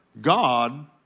God